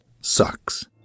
sucks